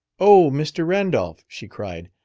oh, mr. randolph, she cried,